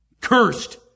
Cursed